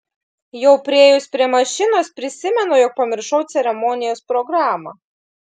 jau priėjus prie mašinos prisimenu jog pamiršau ceremonijos programą